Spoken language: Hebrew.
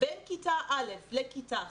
בין כיתה א' לכיתה ח'